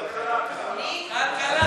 כלכלה.